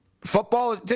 Football